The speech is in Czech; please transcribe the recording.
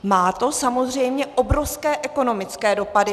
Má to samozřejmě obrovské ekonomické dopady.